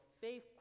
faith